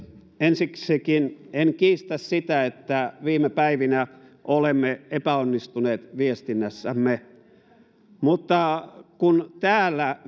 ensiksikään en kiistä sitä että viime päivinä olemme epäonnistuneet viestinnässämme mutta kun täällä